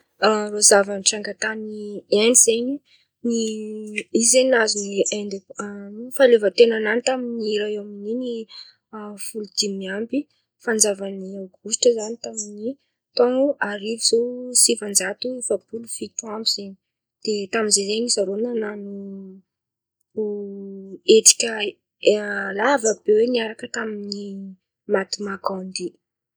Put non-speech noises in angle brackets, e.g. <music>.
<hesitation> Mahakasiky irô karàny àby io, irô baka Endy <hesitation> raha <hesitation> azoko honon̈o raha nitranga tamin-drô tan̈y nazoko honon̈o ziô. Irô zen̈y anisany sivilizasô ndrô anisany fa ela parapôro ny sivilizasôn nolo jiàby zen̈y zen̈y ten̈a ny azoko honon̈o efa ela e fa ela. <hesitation>